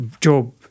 job